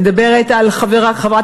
אני מדברת על חברת